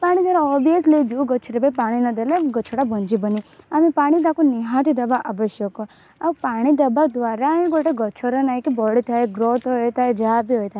ପାଣିଝରା obviously ଯେଉଁ ଗଛରେ ବି ପାଣି ନଦେଲେ ଗଛଟା ବଞ୍ଚିବନି ଆମେ ପାଣି ତାକୁ ନିହାତି ଦେବା ଆବଶ୍ୟକ ଆଉ ପାଣି ଦେବା ଦ୍ୱାରା ହିଁ ଗୋଟେ ଗଛର ନାହିଁକି ବଢ଼ିଥାଏ ଗ୍ରୋଥ ହେଇଥାଏ ଯାହାବି ହୋଇଥାଏ